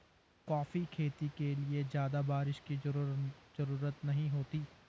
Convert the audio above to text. coffee खेती के लिए ज्यादा बाऱिश की जरूरत नहीं होती है